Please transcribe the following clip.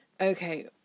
Okay